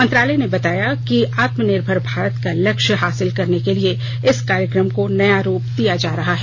मंत्रालय ने बताया है कि आत्मनिर्भर भारत का लक्ष्यं हासिल करने के लिए इस कार्यक्रम को नया रूप दिया जा रहा है